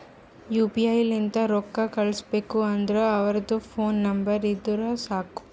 you P I ಲಿಂತ್ ರೊಕ್ಕಾ ಕಳುಸ್ಬೇಕ್ ಅಂದುರ್ ಅವ್ರದ್ ಫೋನ್ ನಂಬರ್ ಇದ್ದುರ್ ಸಾಕ್